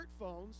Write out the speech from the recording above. smartphones